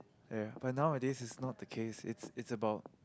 ya but nowadays is not the case is it's about